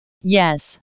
Yes